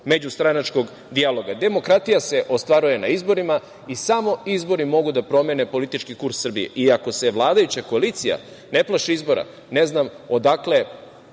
međustranačkog dijaloga. Demokratija se ostvaruje na izborima i samo izbori mogu da promene politički kurs Srbije. Ako se vladajuća koalicija ne plaši izbora, ne znam odakle